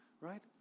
right